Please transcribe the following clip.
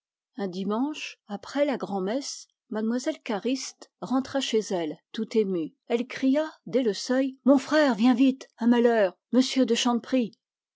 un dimanche après la grand-messe mlle cariste rentra chez elle tout émue elle cria dès le seuil mon frère viens vite un malheur m de chanteprie